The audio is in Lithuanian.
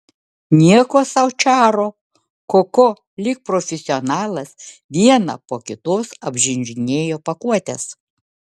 nieko sau čaro koko lyg profesionalas vieną po kitos apžiūrinėjo pakuotes